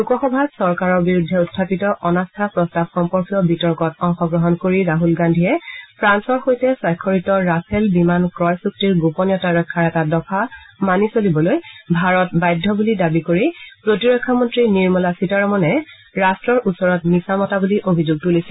লোকসভাত চৰকাৰৰ বিৰুদ্ধে উখাপিত অনাস্থা প্ৰস্তাৱ সম্পৰ্কীয় বিতৰ্কত অংশগ্ৰহণ কৰি ৰাছল গান্ধীয়ে ফ্ৰান্সৰ সৈতে স্বাক্ষৰিত ৰাফেল বিমান ক্ৰয় চুক্তিৰ গোপনীয়তা ৰক্ষাৰ এটা দফা মানি চলিবলৈ ভাৰত বাধ্য বুলি দাবী কৰি প্ৰতিৰক্ষামন্ত্ৰী নিৰ্মলা সীতাৰমণে ৰাষ্ট্ৰৰ ওচৰত মিছা মতা বুলি অভিযোগ তুলিছিল